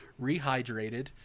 Rehydrated